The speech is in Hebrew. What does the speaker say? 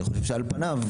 אני חושב שעל פניו,